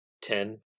Ten